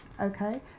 Okay